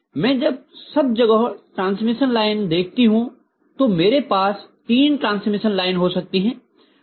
में जब सब जगह ट्रांसमिशन लाइन देखती हूँ तो मेरे पास तीन ट्रांसमिशन लाइन हो सकती हैं